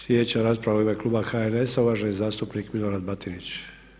Sljedeća rasprava je u ime kluba HNS-a i uvaženi zastupnik Milorad Batinić.